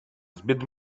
zbyt